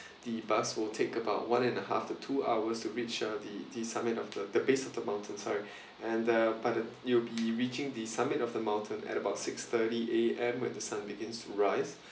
the bus will take about one and a half to two hours to reach the the summit of the the base of the mountain sorry and uh but uh you'll be reaching the summit of the mountain at about six thirty A_M when the sun begins rise